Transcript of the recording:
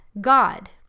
God